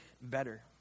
better